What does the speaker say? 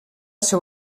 ser